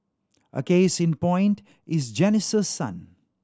a case in point is Janice's son